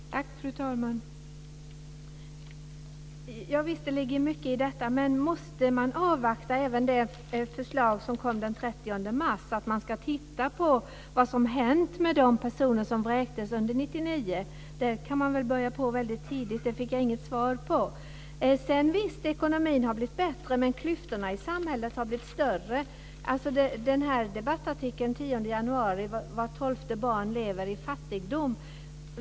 Fru talman! Visst, det ligger mycket i detta. Men måste man avvakta även det förslag som kom den 30 mars, att man ska titta vad som har hänt med de personer som vräktes under 1999. Det kan man väl påbörja tidigt. Det fick jag inget svar på. Visst, ekonomin har blivit bättre. Men klyftorna i samhället har blivit större. Debattartikeln från den 10 januari säger att vart tolfte barn lever i fattigdom.